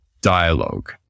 dialogue